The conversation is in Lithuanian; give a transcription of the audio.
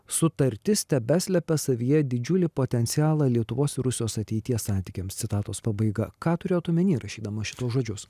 sutartis tebeslepia savyje didžiulį potencialą lietuvos ir rusijos ateities santykiams citatos pabaiga ką turėjot omeny rašydamas šituos žodžius